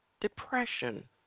depression